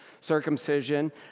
circumcision